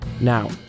Now